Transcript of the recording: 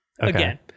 again